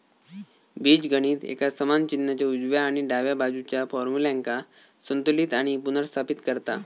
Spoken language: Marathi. बीजगणित एक समान चिन्हाच्या उजव्या आणि डाव्या बाजुच्या फार्म्युल्यांका संतुलित आणि पुनर्स्थापित करता